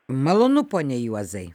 malonu pone juozai